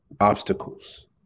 obstacles